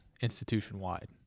institution-wide